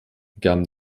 gaben